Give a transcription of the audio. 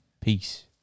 Peace